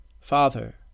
Father